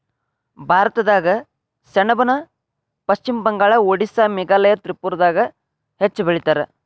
ಭಾರತದಾಗ ಸೆಣಬನ ಪಶ್ಚಿಮ ಬಂಗಾಳ, ಓಡಿಸ್ಸಾ ಮೇಘಾಲಯ ತ್ರಿಪುರಾದಾಗ ಹೆಚ್ಚ ಬೆಳಿತಾರ